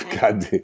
God